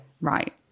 Right